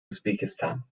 usbekistan